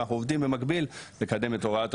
ואנחנו עובדים במקביל לקדם את הוראת השעה,